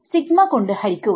sigma കൊണ്ട് ഹരിക്കുക